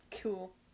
Cool